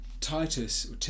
Titus